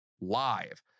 live